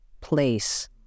place